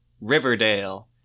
riverdale